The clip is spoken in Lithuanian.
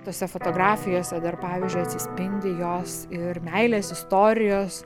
tose fotografijose dar pavyzdžiui atsispindi jos ir meilės istorijos